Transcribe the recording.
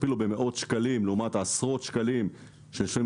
תכפילו במאות שקלים לעומת עשרות שקלים שמשלמים